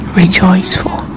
rejoiceful